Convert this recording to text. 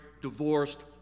divorced